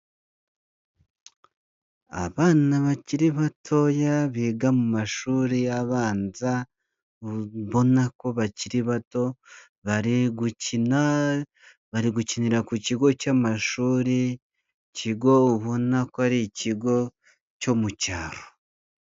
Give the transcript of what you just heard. Abana bakiri batoya biga mu mashuri abanza, mbona ko bakiri bato, bari gukina bari gukinira ku kigo cy'amashuri, ikigo ubona ko ari ikigo cyo mu cyaro.